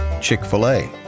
Chick-fil-A